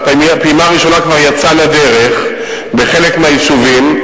והפעימה הראשונה כבר יצאה לדרך בחלק מהיישובים,